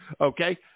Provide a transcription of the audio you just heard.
Okay